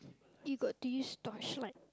you got to use torchlight